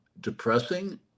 depressing